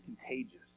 contagious